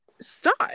start